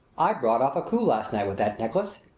i brought off a last night with that necklace,